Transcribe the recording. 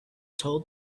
told